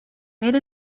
made